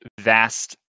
vast